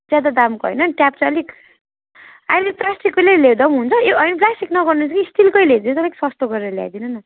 ज्यादा दामको होइन ट्याप चाहिँ अलिक अहिले प्लास्टिको ल्याउँदा पनि हुन्छ ए होइन प्लासटिक नगर्नु कि स्टिलकै गरेर ल्याइ दिनुहोस् कि सस्तो गरेर ल्याइदिनु न